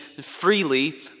freely